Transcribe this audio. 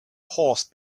horse